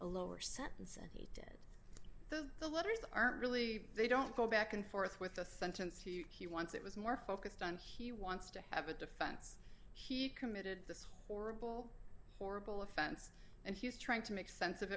a lower sentence and the letters are really they don't go back and forth with a sentence he he wants it was more focused on he wants to have a defense he committed this horrible horrible offense and he's trying to make sense of